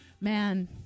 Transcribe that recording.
man